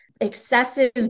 excessive